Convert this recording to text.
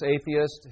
atheist